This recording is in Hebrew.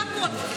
זה הכול.